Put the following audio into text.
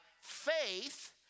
faith